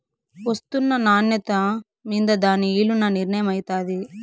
ఒస్తున్న నాన్యత మింద దాని ఇలున నిర్మయమైతాది